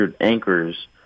anchors